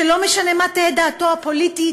שלא משנה מה תהא דעתו הפוליטית,